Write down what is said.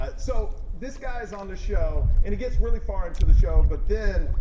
ah so this guy is on the show and he gets really far into the show but then,